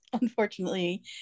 unfortunately